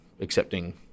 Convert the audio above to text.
accepting